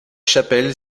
chapelle